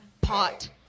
pot